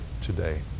today